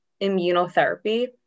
immunotherapy